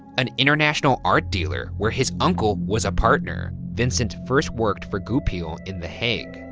an international art dealer where his uncle was a partner. vincent first worked for goupil in the hague,